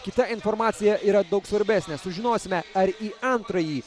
kita informacija yra daug svarbesnė sužinosime ar į antrąjį